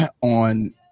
on